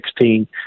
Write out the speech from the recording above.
2016